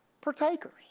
Partakers